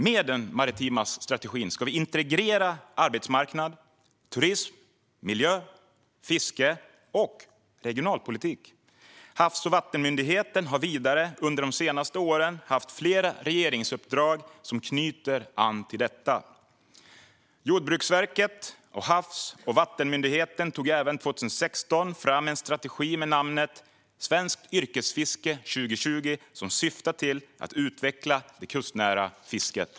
Med den maritima strategin ska vi integrera arbetsmarknad, turism, miljö, fiske och regionalpolitik. Havs och vattenmyndigheten har vidare under de senaste åren haft flera regeringsuppdrag som knyter an till detta. Jordbruksverket och Havs och vattenmyndigheten tog 2016 fram en strategi med namnet Svenskt yrkesfiske 2020 , som syftar till att utveckla det kustnära fisket.